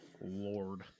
Lord